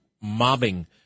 mobbing